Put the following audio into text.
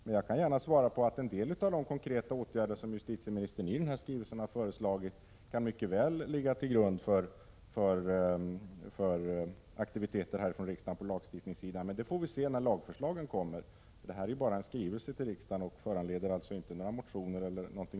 Men jag kan gärna svara att en del av de konkreta åtgärder som justitieministern i den här skrivelsen har föreslagit mycket väl kan ligga till grund för aktiviteter härifrån riksdagen när det gäller lagstiftning. Men det får vi se när lagförslagen kommer. De finns ännu bara i form av en skrivelse till riksdagen, vilken alltså inte föranleder några motioner eller dylikt.